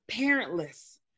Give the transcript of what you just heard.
parentless